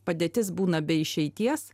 padėtis būna be išeities